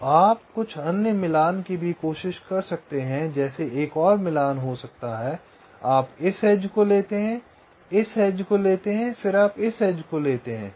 तो आप कुछ अन्य मिलान की भी कोशिश कर सकते हैं जैसे एक और मिलान हो सकता है आप इस एज को लेते हैं आप इस एज को लेते हैं फिर आप इस एज को लेते हैं